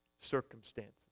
circumstances